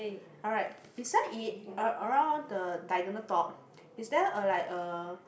alright beside it a around the diagonal top is there a like a